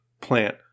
plant